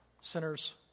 sinners